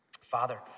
Father